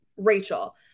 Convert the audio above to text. rachel